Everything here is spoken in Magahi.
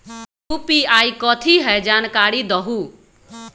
यू.पी.आई कथी है? जानकारी दहु